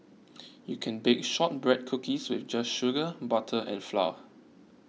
you can bake Shortbread Cookies with just sugar butter and flour